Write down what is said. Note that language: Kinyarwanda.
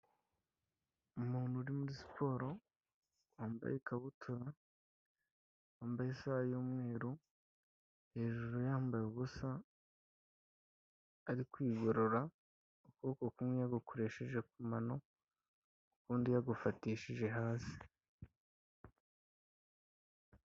Umuntu uri muri siporo wambaye ikabutura, wambaye isaha y'umweru hejuru yambaye ubusa, ari kwigorora ukuboko kumwe agufatishije amano, ukundi yagufatishije hasi.